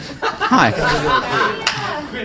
hi